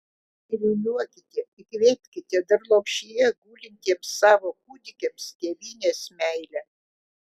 įliūliuokite įkvėpkite dar lopšyje gulintiems savo kūdikiams tėvynės meilę